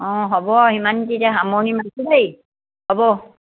অঁ হ'ব সিমানতে সামৰনি মাৰিছো দেই হ'ব